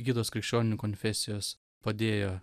kitos krikščionių konfesijos padėjo